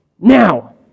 Now